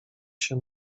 się